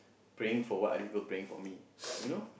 praying for what other people are praying for me you know